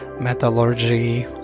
metallurgy